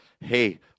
hey